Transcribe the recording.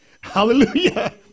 Hallelujah